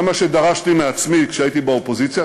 זה מה שדרשתי מעצמי כשהייתי באופוזיציה,